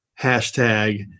hashtag